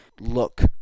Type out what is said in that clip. look